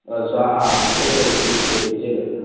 ꯁꯨꯡꯁꯣꯏ ꯁꯣꯏꯗꯕꯤ ꯄꯤꯖꯒꯦ